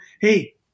hey